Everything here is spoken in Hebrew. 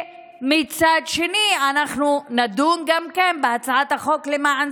מצד שני אנחנו נדון בהצעת החוק למען